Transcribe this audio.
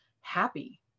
happy